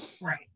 Right